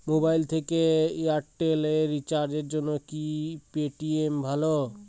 Mobile থেকে Airtel এ রিচার্জের জন্য কি পেটিএম ভালো?